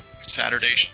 Saturday